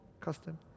Custom